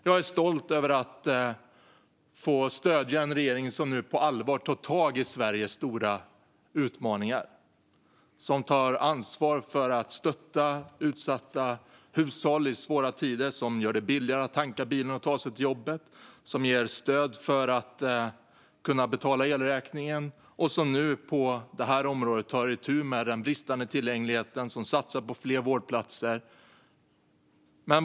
Jag är stolt över att få stödja en regering som nu på allvar tar tag i Sveriges stora utmaningar, som tar ansvar för att stötta utsatta hushåll i svåra tider, som gör det billigare att tanka bilen och ta sig till jobbet, som ger stöd för att kunna betala elräkningen, som nu, på det här området, tar itu med den bristande tillgängligheten och som satsar på fler vårdplatser.